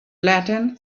latin